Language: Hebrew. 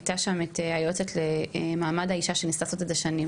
הייתה שם את היועצת למעמד האישה שניסתה לעשות את זה במשך שנים.